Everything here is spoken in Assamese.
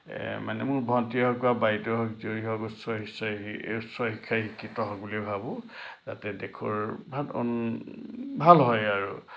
মানে মোৰ ভণ্টি হওক বা বাইদেউ হওক উচ্চ শিক্ষাৰে শিক্ষিত হওক বুলি ভাবো যাতে দেশৰ ভাল উন ভাল হয় আৰু